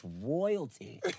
royalty